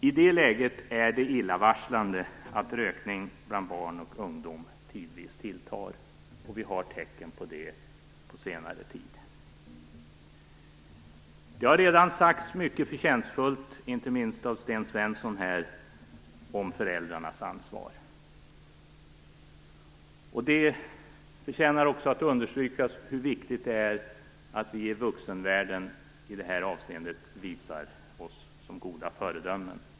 I det läget är det illavarslande att rökning bland barn och ungdom tidvis tilltar. Vi har sett tecken på det på senare tid. Det har redan sagts mycket förtjänstfullt, inte minst av Sten Svensson här, om föräldrarnas ansvar. Det förtjänar också att understrykas hur viktigt det är att vi i vuxenvärlden i det här avseendet visar oss som goda föredömen.